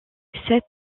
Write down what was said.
sept